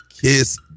Kiss